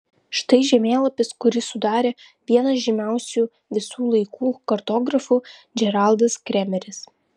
štai žemėlapis kurį sudarė vienas žymiausių visų laikų kartografų džeraldas kremeris